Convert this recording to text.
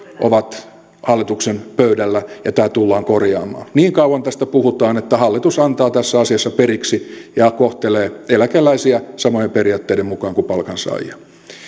ovat hallituksen pöydällä ja tämä tullaan korjaamaan niin kauan tästä puhutaan että hallitus antaa tässä asiassa periksi ja kohtelee eläkeläisiä samojen periaatteiden mukaan kuin palkansaajia